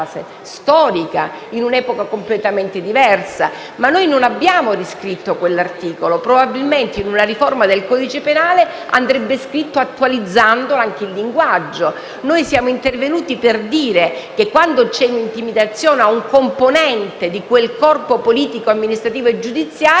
storica, in un'epoca completamente diversa. Noi però non abbiamo riscritto quell'articolo. Probabilmente nell'ambito di una riforma del codice penale andrebbe attualizzato anche il linguaggio. Noi siamo intervenuti per dire che quando c'è un'intimidazione, ad un componente di quel corpo politico, amministrativo e giudiziario,